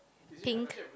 pink